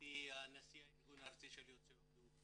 הייתי נשיא הארגון הארצי של יוצאי הודו.